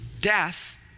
Death